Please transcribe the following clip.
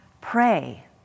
pray